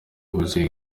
wuzuye